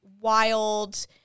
wild